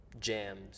jams